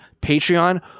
Patreon